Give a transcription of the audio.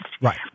Right